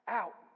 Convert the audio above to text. out